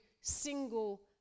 single